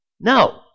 No